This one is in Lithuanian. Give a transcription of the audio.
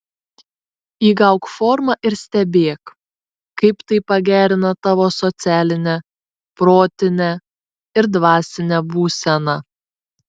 įgauk formą ir stebėk kaip tai pagerina tavo socialinę protinę ir dvasinę būseną